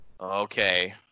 Okay